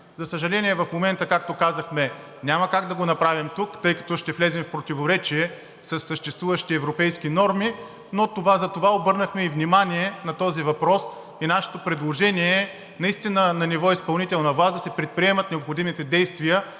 За съжаление, в момента, както казахме, няма как да го направим тук, тъй като ще влезем в противоречие със съществуващи европейски норми, но затова обърнахме внимание на този въпрос. Нашето предложение е на ниво изпълнителна власт наистина да се предприемат необходимите действия,